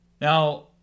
Now